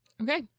okay